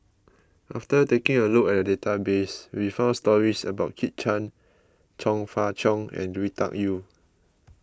after taking a look at the database we found stories about Kit Chan Chong Fah Cheong and Lui Tuck Yew